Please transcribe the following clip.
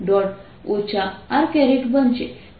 r બનશે